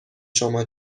شما